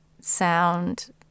sound